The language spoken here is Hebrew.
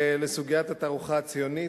לסוגיית התערוכה הציונית.